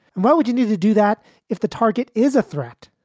and why would you need to do that if the target is a threat?